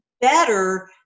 better